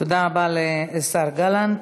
תודה רבה לשר גלנט.